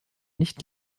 nicht